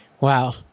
Wow